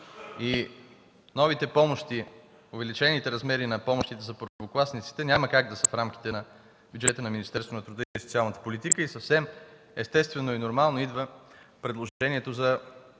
подпомагане и увеличените размери на помощите за първокласниците, няма как да са в рамките на бюджета на Министерството на труда и социалната политика. И съвсем естествено и нормално идва предложението за